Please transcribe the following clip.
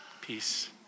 Peace